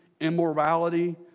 immorality